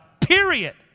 period